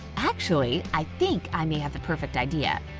actually, i think i may have the perfect idea.